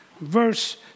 Verse